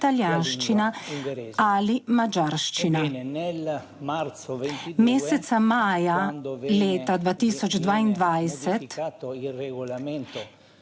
italijanščina ali madžarščina. Meseca maja leta 2022